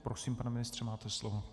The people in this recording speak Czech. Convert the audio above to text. Prosím, pane ministře, máte slovo.